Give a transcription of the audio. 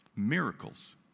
Miracles